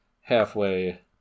halfway